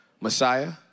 Messiah